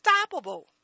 Unstoppable